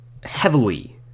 heavily